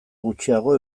gutxiago